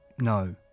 no